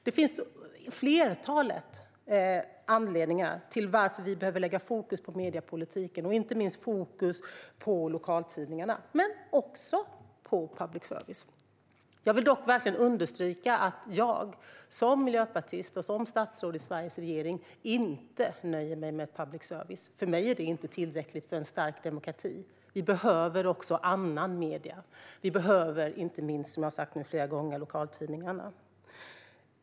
Det finns ett flertal anledningar till att vi behöver lägga fokus på mediepolitiken, inte minst på lokaltidningarna men också på public service. Jag vill dock understryka att jag som miljöpartist och statsråd i Sveriges regering inte nöjer mig med public service. För mig är det inte tillräckligt för en stark demokrati. Vi behöver också andra medier. Vi behöver inte minst, vilket jag nu har sagt flera gånger, lokaltidningarna.